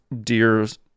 deers